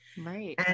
Right